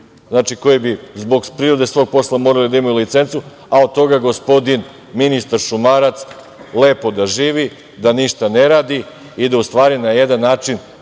Srbiji koji bi zbog prirode svog posla morali da imaju licencu, a od toga gospodin ministar Šumarac, lepo da živi, da ništa ne radi i da na jedan način